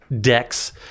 decks